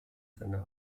seiner